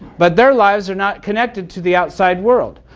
but their lives are not connected to the outside world.